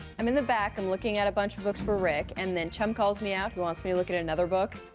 i'm in the back. i'm looking at a bunch of books for rick. and then chum calls me out. he wants me to look at another book.